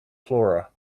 flora